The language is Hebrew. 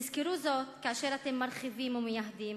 תזכרו זאת כאשר אתם מרחיבים ומייהדים.